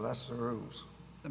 lesser of the